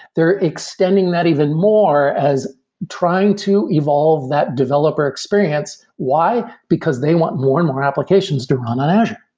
they're extending that even more as trying to evolve that developer experience. why? because they want more and more applications to run on azure.